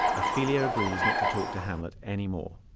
ophelia agrees not to talk to hamlet any more